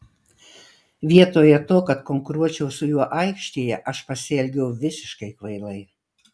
vietoje to kad konkuruočiau su juo aikštėje aš pasielgiau visiškai kvailai